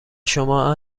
شما